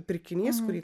pirkinys kurį